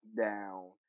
Down